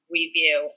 review